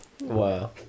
Wow